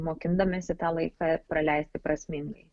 mokindamiesi tą laiką praleisti prasmingai